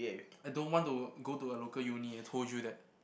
I don't want to go to a local uni I told you that